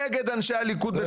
נגד אנשי הליכוד בטבריה.